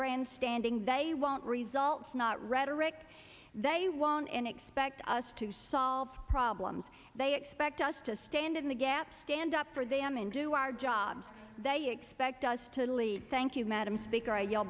grandstanding they want results not rhetoric they want and expect us to solve problems they expect us to stand in the gap stand up for them and do our jobs they expect us to italy thank you madam speaker i yiel